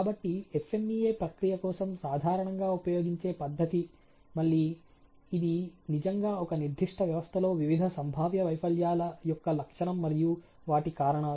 కాబట్టి FMEA ప్రక్రియ కోసం సాధారణంగా ఉపయోగించే పద్దతి మళ్ళీ ఇది నిజంగా ఒక నిర్దిష్ట వ్యవస్థలో వివిధ సంభావ్య వైఫల్యాల యొక్క లక్షణం మరియు వాటి కారణాలు